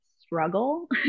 struggle